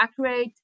accurate